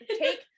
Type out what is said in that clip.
take